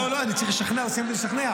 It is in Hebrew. לא, אני צריך לשכנע, לא סיימתי לשכנע.